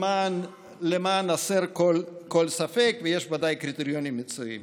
למען הסר כל ספק, ויש ודאי קריטריונים מקצועיים.